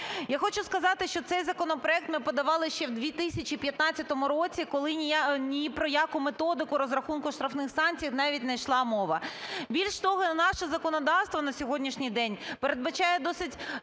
Я хочу сказати, що цей законопроект ми подавали ще у 2015 році, коли ні про яку методику розрахунку штрафних санкцій навіть не йшла мова. Більш того, наше законодавство на сьогоднішній день передбачає досить